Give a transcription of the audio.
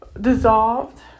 dissolved